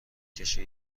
کشه